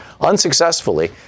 unsuccessfully